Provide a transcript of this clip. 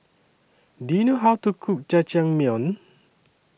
Do YOU know How to Cook Jajangmyeon